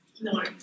No